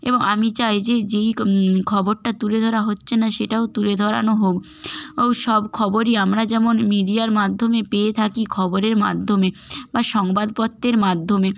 এবং আমি চাই যে যেই খবরটা তুলে ধরা হচ্ছে না সেটাও তুলে ধরানো হোক ও সব খবরই আমরা যেমন মিডিয়ার মাধ্যমে পেয়ে থাকি খবরের মাধ্যমে বা সংবাদপত্রের মাধ্যমে